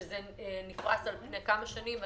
שזה נפרס על פני כמה שנים.